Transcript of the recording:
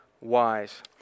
wise